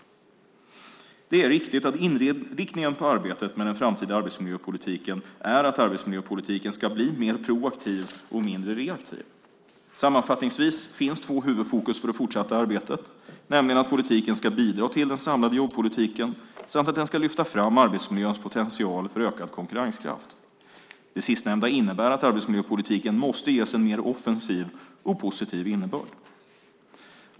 Det är riktigt att inriktningen på arbetet med den framtida arbetsmiljöpolitiken är att arbetsmiljöpolitiken ska bli mer proaktiv och mindre reaktiv. Sammanfattningsvis finns två huvudfokus för det fortsatta arbetet, nämligen att politiken ska bidra till den samlade jobbpolitiken samt att den ska lyfta fram arbetsmiljöns potential för ökad konkurrenskraft. Det sistnämnda innebär att arbetsmiljöpolitiken måste ges en mer offensiv och positiv innebörd.